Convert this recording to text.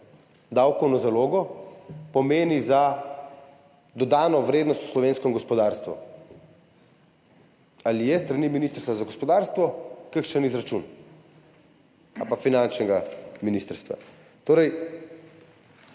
davkov na zalogo pomeni za dodano vrednost v slovenskem gospodarstvu? Ali je s strani ministrstva za gospodarstvo kakšen izračun, ali pa finančnega ministrstva? V